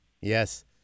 yes